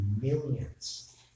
millions